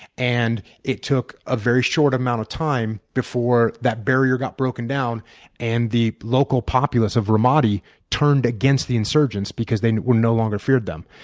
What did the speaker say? and it took a very short amount of time before that barrier got broken down and the local populous of ramadi turned against the insurgents because they no longer feared them.